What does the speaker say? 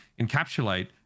encapsulate